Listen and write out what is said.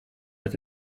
met